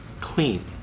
clean